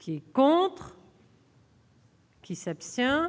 C'est quoi. Qui s'abstient